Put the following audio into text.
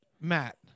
matt